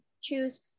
choose